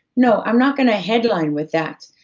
no, i'm not gonna headline with that.